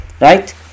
Right